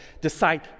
decide